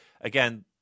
again